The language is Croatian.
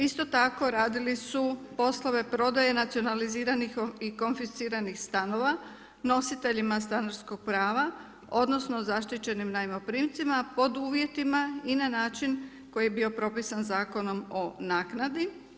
Isto tako radili su poslove prodaje nacionaliziranih i konfisciranih stanova nositeljima stanarskog prava odnosno zaštićenim najmoprimcima pod uvjetima i na način koji je bio propisan Zakonom o naknadi.